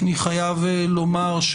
אני חייב לומר,